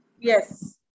Yes